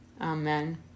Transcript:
Amen